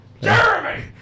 Jeremy